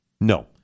No